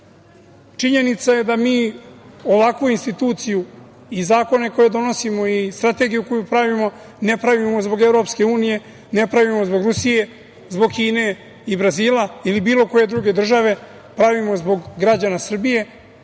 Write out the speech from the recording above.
je da mi ovakvu instituciju i zakone koje donosimo i strategiju koju pravimo ne pravimo zbog EU, ne pravimo zbog Rusije, zbog Kine i Brazila ili bilo koje druge države, pravimo zbog građana Srbije.